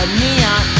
neon